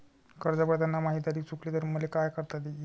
कर्ज भरताना माही तारीख चुकली तर मले का करता येईन?